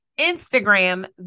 Instagram